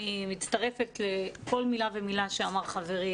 אני מצטרפת לכל מילה ומילה שאמר חברי,